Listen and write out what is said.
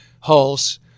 hulls